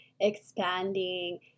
expanding